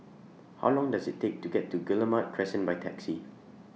How Long Does IT Take to get to Guillemard Crescent By Taxi